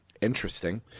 Interesting